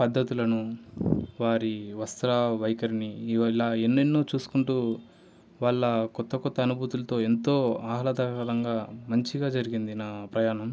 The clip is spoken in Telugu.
పద్ధతులను వారి వస్త్ర వైఖరిని ఇగో ఇలా ఎన్నెన్నో చూసుకుంటు వాళ్ళ కొత్త కొత్త అనుభూతులతో ఎంతో ఆహ్లాదకరంగా మంచిగా జరిగింది నా ప్రయాణం